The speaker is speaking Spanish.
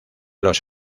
los